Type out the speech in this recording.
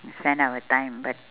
and spend our time but